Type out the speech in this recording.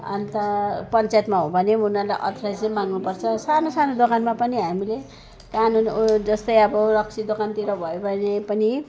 अन्त पञ्चायतमा हो भने उनीहरूलाई अथराइजेसन माग्नु पर्छ सानो सानो दोकानमा पनि हामीले कानुन जस्तै अब रक्सी दोकानतिर भयो भने पनि